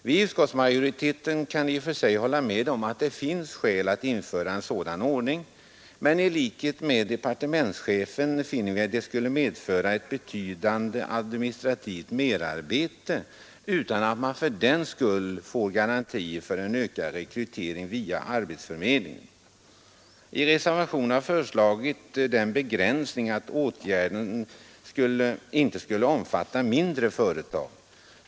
Vi i utskottsmajoriteten kan i och för sig hålla med om att det finns skäl att införa en sådan ordning, men i likhet med departementschefen finner vi att det skulle medföra ett betydande administrativt merarbete utan att man fördenskull får garantier för en ökad rekrytering via arbetsförmedlingen. I reservationen har föreslagits den begränsningen att åtgärden inte skulle omfatta mindre företag.